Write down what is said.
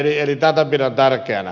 tätä pidän tärkeänä